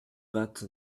vingt